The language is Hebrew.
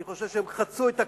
אני חושב שהם חצו את הקווים,